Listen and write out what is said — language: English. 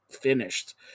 finished